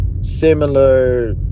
Similar